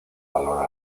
valor